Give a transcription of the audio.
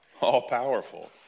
all-powerful